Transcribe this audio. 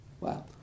Wow